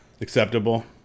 acceptable